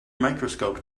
microscope